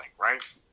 right